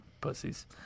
Pussies